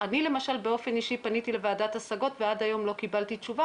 אני למשל באופן אישי פניתי לוועדת השגות ועד היום לא קיבלתי תשובה,